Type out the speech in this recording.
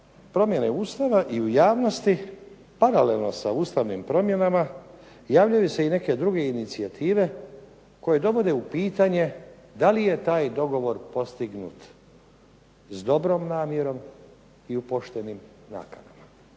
promjene Ustava i u javnosti paralelno sa ustavnim promjenama javljaju se i neke druge inicijative koje dovode u pitanje da li je taj dogovor postignut s dobrom namjerom i u poštenim nakanama.